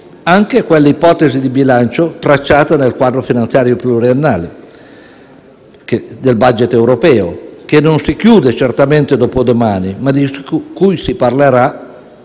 anche quelle ipotesi di bilancio tracciate nel quadro finanziario pluriennale del *budget* europeo, che non si chiude certamente dopodomani, ma di cui si parlerà